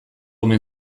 omen